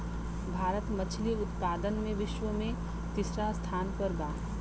भारत मछली उतपादन में विश्व में तिसरा स्थान पर बा